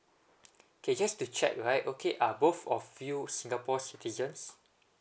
okay just to check right okay are both of you singapore citizens